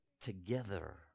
together